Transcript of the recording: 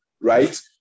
right